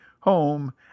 home